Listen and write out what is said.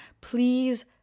please